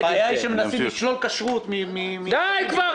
הבעיה היא שמנסים לקשור בין כשרות לבין --- די כבר,